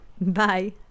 Bye